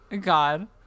God